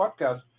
podcast